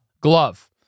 Glove